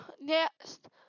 Next